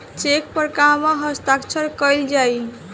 Check पर कहवा हस्ताक्षर कैल जाइ?